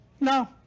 No